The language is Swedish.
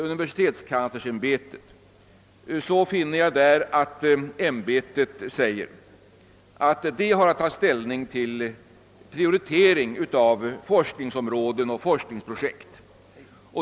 Universitetskanslersämbetet säger i sitt yttrande att det har att ta ställning till prioritering av forskningsområden och forskningsprojekt.